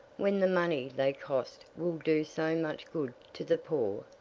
when the money they cost will do so much good to the poor?